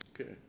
Okay